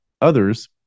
others